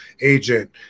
agent